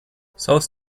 south